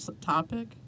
topic